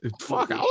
fuck